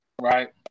right